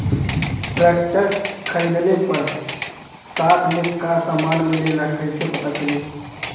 Tractor खरीदले पर साथ में का समान मिलेला कईसे पता चली?